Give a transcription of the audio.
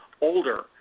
older